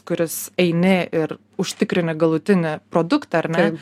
kuris eini ir užtikrini galutinį produktą ar ne